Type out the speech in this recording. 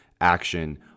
action